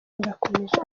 rirakomeje